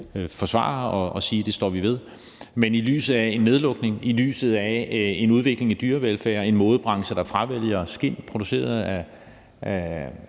erhverv og sige, at det står vi ved. Men i lyset af en nedlukning, i lyset af en udvikling i dyrevelfærd, en modebranche, der fravælger skind produceret af